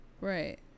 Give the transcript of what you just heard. Right